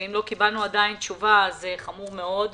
אם לא קיבלנו עדיין תשובה זה חמור מאוד.